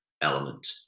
element